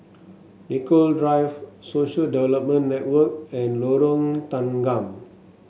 Nicoll Drive Social Development Network and Lorong Tanggam